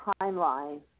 timeline